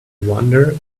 wonder